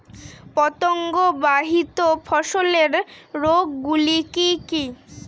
পতঙ্গবাহিত ফসলের রোগ গুলি কি কি?